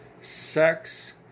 Sex